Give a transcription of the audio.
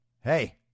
hey